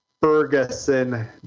Ferguson